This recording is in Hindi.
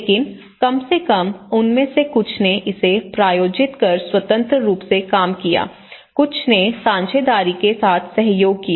लेकिन कम से कम उनमें से कुछ ने इसे प्रायोजित कर स्वतंत्र रूप से काम किया कुछ ने साझेदारी के साथ सहयोग किया